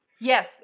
yes